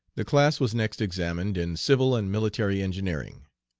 the class was next examined in civil and military engineering.